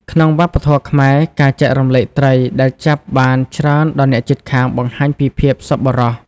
ក្នុងវប្បធម៌ខ្មែរ ការចែករំលែកត្រី ដែលចាប់បានច្រើនដល់អ្នកជិតខាងបង្ហាញពីភាពសប្បុរស។